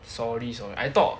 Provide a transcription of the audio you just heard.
sorry so~ I thought